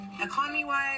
Economy-wise